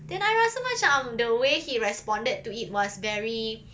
then I rasa macam the way he responded to it was very